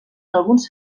alguns